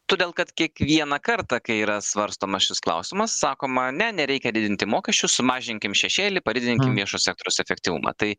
todėl kad kiekvieną kartą kai yra svarstomas šis klausimas sakoma ne nereikia didinti mokesčių sumažinkim šešėlį padidinkim viešo sektoriaus efektyvumą tai